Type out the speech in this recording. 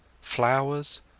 flowers